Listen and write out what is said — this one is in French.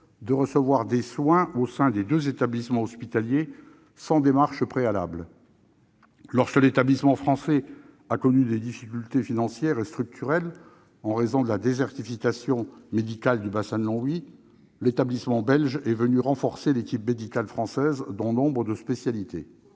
de recevoir des soins au sein des deux établissements hospitaliers sans démarche préalable. Lorsque l'établissement français a connu des difficultés financières et structurelles en raison de la désertification médicale du bassin de Longwy, l'établissement belge est venu renforcer l'équipe médicale française dans nombre de spécialités.